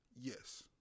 yes